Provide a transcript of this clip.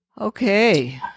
Okay